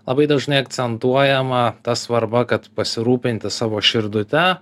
labai dažnai akcentuojama ta svarba kad pasirūpinti savo širdute